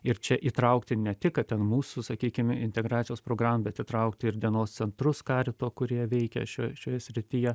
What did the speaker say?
ir čia įtraukti ne tik kad ten mūsų sakykim integracijos programą bet įtraukti ir dienos centrus karito kurie veikia šioj šioje srityje